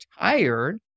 tired